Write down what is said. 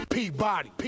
Peabody